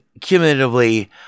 cumulatively